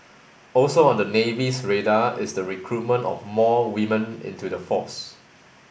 also on the Navy's radar is the recruitment of more women into the force